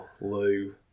Lou